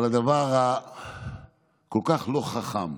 אבל הדבר הכל-כך לא חכם,